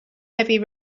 heavy